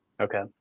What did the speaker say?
Okay